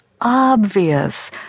obvious